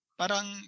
parang